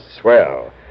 swell